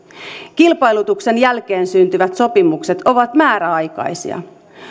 kilpailutuksen jälkeen syntyvät sopimukset ovat määräaikaisia